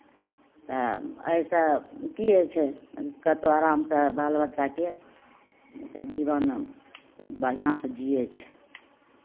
तऽ एहिसँ की होइ छै कतहु आरामसँ बाल बच्चाके से जीवन बढ़िआँसँ जियै छै